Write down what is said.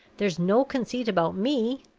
there's no conceit about me.